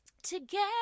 Together